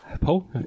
Paul